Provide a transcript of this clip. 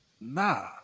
nah